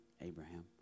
Abraham